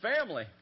family